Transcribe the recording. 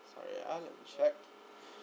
sorry ya let me check